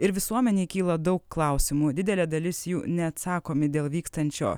ir visuomenei kyla daug klausimų didelė dalis jų neatsakomi dėl vykstančio